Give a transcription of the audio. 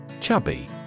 CHUBBY